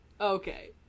Okay